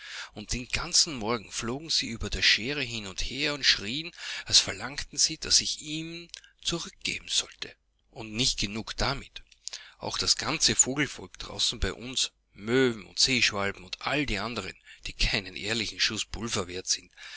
und den ganzen morgen flogen sie über der schäre hin und her und schrien als verlangten sie daß ich ihn zurückgeben sollte und nicht genug damit auch das ganze vogelvolk draußen bei uns möwen und seeschwalben und alle die anderen die keinen ehrlichen